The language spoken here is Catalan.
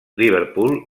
liverpool